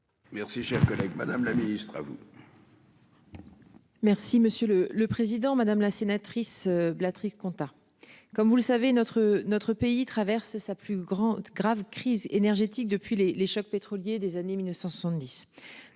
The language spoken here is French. Merci cher collègue. Madame la ministre à vous.-- Merci monsieur le le président, madame la sénatrice bla triste compta. Comme vous le savez notre notre pays traverse sa plus grande grave crise énergétique depuis les les chocs pétroliers des années 1970.